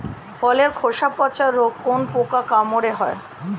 ফলের খোসা পচা রোগ কোন পোকার কামড়ে হয়?